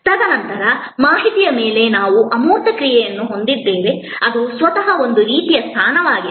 ತದನಂತರ ಮಾಹಿತಿಯ ಮೇಲೆ ನಾವು ಅಮೂರ್ತ ಕ್ರಿಯೆಯನ್ನು ಹೊಂದಿದ್ದೇವೆ ಅದು ಸ್ವತಃ ಒಂದು ರೀತಿಯ ಸ್ಥಾನವಾಗಿದೆ